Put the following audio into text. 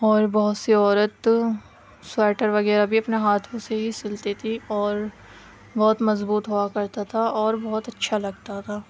اور بہت سی عورت سوئٹر وغیرہ بھی اپنے ہاتھوں سے ہی سلتی تھیں اور بہت مضبوط ہوا کرتا تھا اور بہت اچھا لگتا تھا